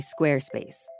Squarespace